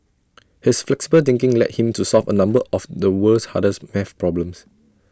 his flexible thinking led him to solve A number of the world's hardest math problems